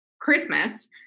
Christmas